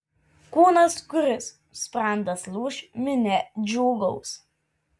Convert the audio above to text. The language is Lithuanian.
kūnas kris sprandas lūš minia džiūgaus